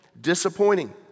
Disappointing